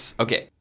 okay